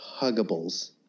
Huggables